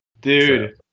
dude